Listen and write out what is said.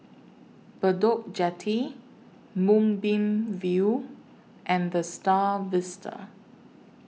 Bedok Jetty Moonbeam View and The STAR Vista